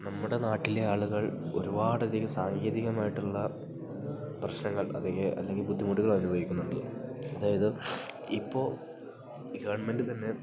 നമ്മുടെ നാട്ടിലെ ആളുകൾ ഒരുപാടധികം സാങ്കേതികമായിട്ടുള്ള പ്രശ്നങ്ങൾ അതിൽ അല്ലെങ്കിൽ ബുദ്ധിമുട്ടുകൾ അനുഭവിക്കുന്നുണ്ട് അതായത് ഇപ്പോൾ ഈ ഗവൺമെൻ്റ് തന്നെ